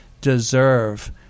deserve